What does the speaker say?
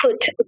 put